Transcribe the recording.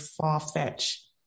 far-fetched